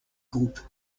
groupes